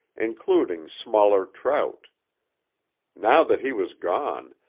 including smaller trout now that he was gone,